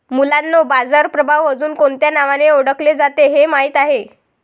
मुलांनो बाजार प्रभाव अजुन कोणत्या नावाने ओढकले जाते हे माहित आहे?